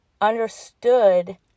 understood